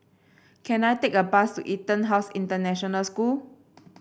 can I take a bus to EtonHouse International School